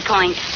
Point